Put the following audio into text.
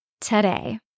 today